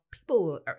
people